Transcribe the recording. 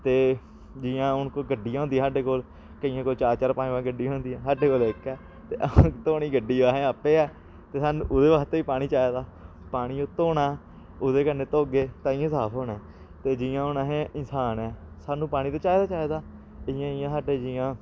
ते जि'यां हून कोई गड्डियां होंदियां साढे कोल केंइयें कोल चार चार पंज पंज गड्डियां होंदियां साढे कोल इक ऐ ते धोनी गड्डी अहें आपें ऐ ते सानूं ओह्दे आस्तै बी पानी चाहिदा पानी धोना ओह्दे कन्नै धोह्गे तांं गै साफ होना ते जि'यां हून अस इंसान ऐ सानूं पानी ते चाहिदा चाहिदा इ'यां इ'यां साढे जि'यां